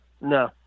No